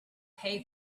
pay